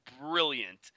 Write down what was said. brilliant